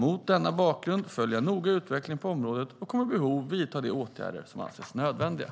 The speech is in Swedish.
Mot denna bakgrund följer jag noga utvecklingen på området och kommer vid behov att vidta de åtgärder som anses nödvändiga.